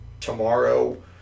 tomorrow